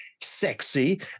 sexy